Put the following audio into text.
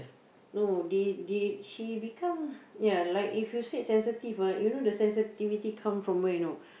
no they they she become ya like if you said sensitive ah you know the sensitivity come from where you know